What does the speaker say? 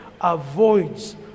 avoids